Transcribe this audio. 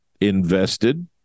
invested